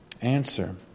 Answer